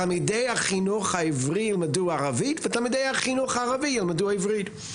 תלמידי החינוך העברי ילמדו ערבית ותלמידי החינוך הערבי ילמדו עברית.